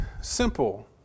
simple